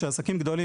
היא שעסקים גדולים